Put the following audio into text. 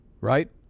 right